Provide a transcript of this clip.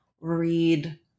read